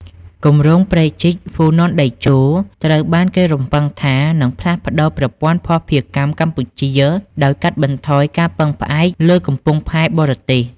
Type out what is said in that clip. គម្រោងព្រែកជីកហ្វូណនតេជោ ត្រូវបានគេរំពឹងថានឹងផ្លាស់ប្តូរប្រព័ន្ធភស្តុភារកម្មកម្ពុជា ដោយកាត់បន្ថយការពឹងផ្អែកលើកំពង់ផែបរទេស។